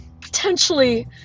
potentially